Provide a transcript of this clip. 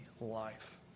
life